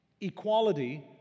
Equality